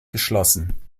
geschlossen